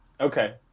Okay